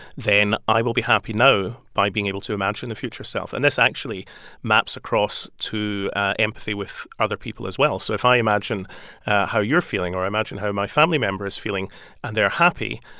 then i will be happy now by being able to imagine the future self and this actually maps across to empathy with other people, as well. so if i imagine how you're feeling or i imagine how my family member is feeling and they're happy,